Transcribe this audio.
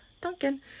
Duncan